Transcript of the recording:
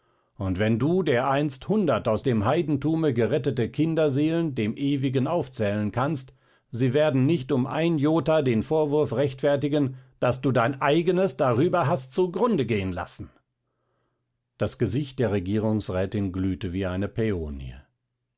und wenn du dereinst hundert aus dem heidentume gerettete kinderseelen dem ewigen aufzählen kannst sie werden nicht um ein jota den vorwurf rechtfertigen daß du dein eigenes darüber hast zu grunde gehen lassen das gesicht der regierungsrätin glühte wie eine päonie